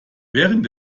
während